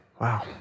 wow